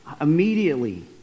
immediately